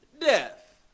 death